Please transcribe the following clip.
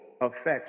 affects